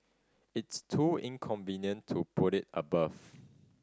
it's too inconvenient to put it above